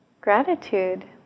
gratitude